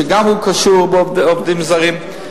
שגם הוא קשור בעובדים זרים.